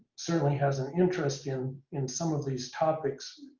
certainly has an interest in in some of these topics,